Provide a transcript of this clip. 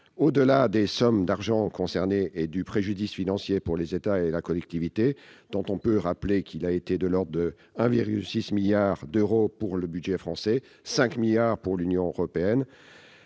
Au-delà des sommes d'argent concernées et du préjudice financier pour les États et la collectivité, dont on peut rappeler qu'il a été de l'ordre de 1,6 milliard d'euros pour le budget français et de 5 milliards d'euros pour l'Union européenne,